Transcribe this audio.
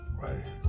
Right